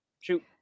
shoot